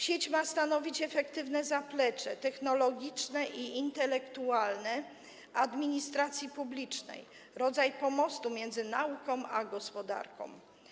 Sieć ma stanowić efektywne zaplecze technologiczne i intelektualne administracji publicznej, rodzaj pomostu między nauką a gospodarką.